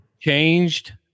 changed